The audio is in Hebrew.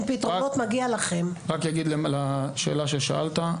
אני רק אגיד לשאלה ששאלת.